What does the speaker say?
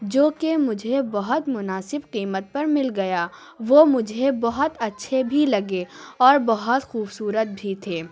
جو کہ مجھے بہت مناسب قیمت پر مل گیا وہ مجھے بہت اچھے بھی لگے اور بہت خوبصورت بھی تھے